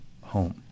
home